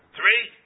Three